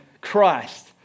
Christ